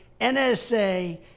NSA